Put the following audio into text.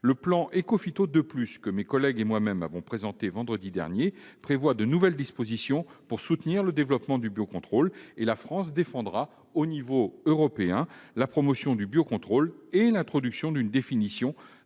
Le plan Écophyto II +, que mes collègues et moi-même avons présenté le 27 juillet dernier, prévoit de nouvelles dispositions pour soutenir le développement du biocontrôle. La France défendra au niveau européen la promotion du biocontrôle et l'introduction d'une définition